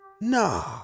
No